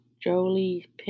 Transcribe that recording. jolie